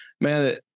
man